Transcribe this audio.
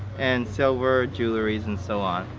and silver jewelries and so on.